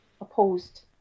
opposed